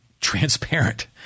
transparent